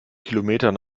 kilometern